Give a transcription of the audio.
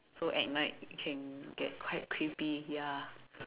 so at night can get quite creepy ya